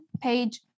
page